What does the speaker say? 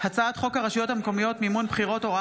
הצעת חוק לתיקון פקודת הנמלים (מס' 6) (איסור השטת